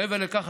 מעבר לכך,